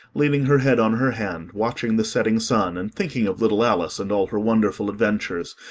leaning her head on her hand, watching the setting sun, and thinking of little alice and all her wonderful adventures,